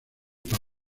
todas